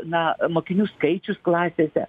na mokinių skaičius klasėse